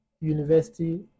university